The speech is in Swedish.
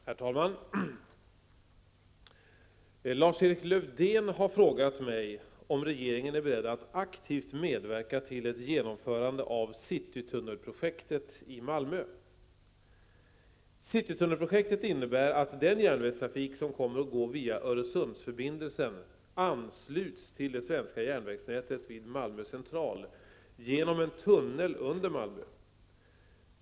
Herr talman! Lars-Erik Lövdén har frågat mig om regeringen är beredd att aktivt medverka till ett genomförande av citytunnelprojektet i Malmö.